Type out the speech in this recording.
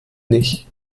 nicht